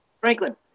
Franklin